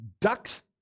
ducks